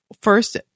first